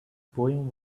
poem